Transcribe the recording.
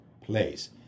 place